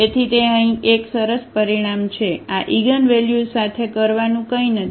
તેથી તે અહીં એક સરસ પરિણામ છે આ ઇગનવેલ્યુઝ સાથે કરવાનું કંઈ નથી